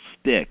stick